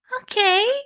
okay